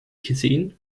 gezien